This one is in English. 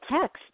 text